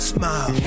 Smile